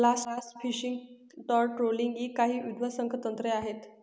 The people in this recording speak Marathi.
ब्लास्ट फिशिंग, तळ ट्रोलिंग इ काही विध्वंसक तंत्रे आहेत